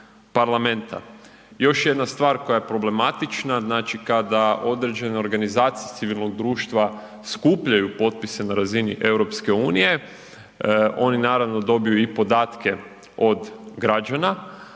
parlamenta. Još jedna stvar koja je problematična, znači kada određene organizacije civilnog društva skupljaju potpise na razini EU, oni naravno dobiju i podatke od građana,